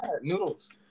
noodles